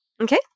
Okay